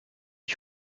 ich